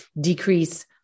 decrease